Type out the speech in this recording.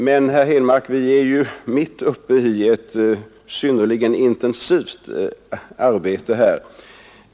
Men, herr Henmark, vi är ju mitt uppe i ett synnerligen intensivt arbete där.